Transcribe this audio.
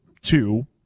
two